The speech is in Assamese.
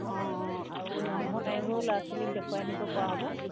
অঁ অঁ আৰু ৰংঘৰ কাৰেংঘৰো ল'ৰা ছোৱালীক দেখুৱাই আনিবপৰা হ'ব